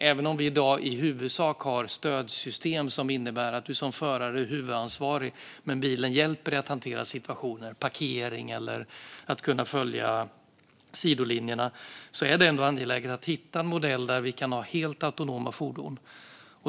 Även om vi i dag i huvudsak har stödsystem som innebär att du som förare är huvudansvarig men bilen hjälper dig att hantera situationen - till exempel vid parkering eller med att följa sidolinjerna - är det ändå angeläget att hitta en modell där vi kan ha helt autonoma fordon.